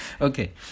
Okay